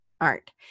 art